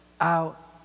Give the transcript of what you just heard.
out